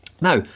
Now